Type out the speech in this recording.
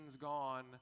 gone